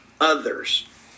Others